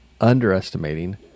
underestimating